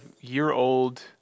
year-old